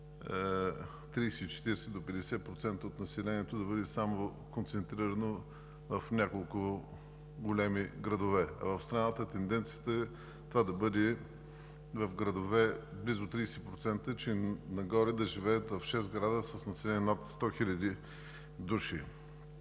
30, 40 до 50% от населението да бъде концентрирано само в няколко големи градове, а в страната тенденцията е това да бъде в градове – близо 30% и нагоре да живеят в шест града с население над 100 хиляди души.